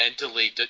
mentally